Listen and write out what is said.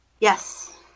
yes